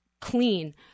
clean